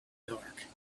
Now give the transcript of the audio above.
dark